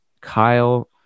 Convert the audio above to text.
Kyle